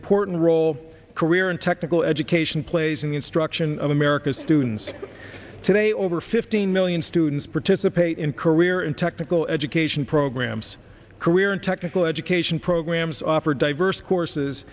important role career in technical education plays in the instruction of america's students today over fifteen million students participate in career in technical education programs career and technical education programs offered diverse courses